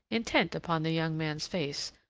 intent upon the young man's face,